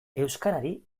euskarari